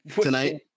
tonight